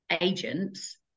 agents